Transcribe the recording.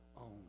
own